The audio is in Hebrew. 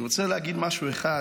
אני רוצה להגיד משהו אחד,